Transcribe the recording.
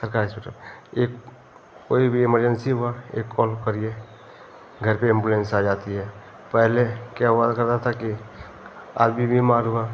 सरकारी हास्पिटल में एक कोई भी एमर्जेंसी हुआ एक कॉल करिए घर पर एम्बुलेंस आ जाती है पहले क्या हुआ करता था कि आदमी बीमार हुआ